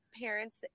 parents